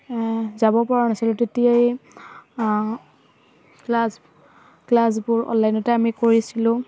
যাব পৰা নাছিলোঁ তেতিয়াই ক্লাছ ক্লাছবোৰ অনলাইনতে আমি কৰিছিলোঁ